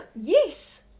Yes